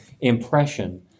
impression